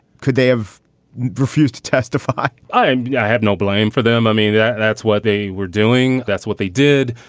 could they have refused to testify? and yeah, i have no blame for them. i mean, yeah and that's what they were doing. that's what they did.